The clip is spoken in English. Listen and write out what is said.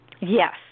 Yes